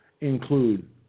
include